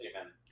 amen